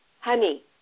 honey